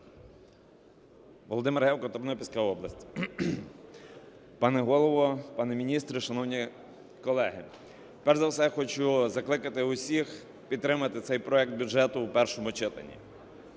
Володимир Гевко, Тернопільська область. Пане Голово, пане міністре, шановні колеги! Перш за все хочу закликати всіх підтримати цей проект бюджету в першому читанні.